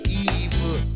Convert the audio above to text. evil